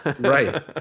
Right